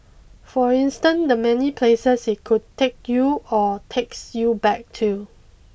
for instance the many places it could take you or takes you back to